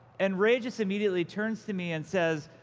and ray just immediately turns to me and says,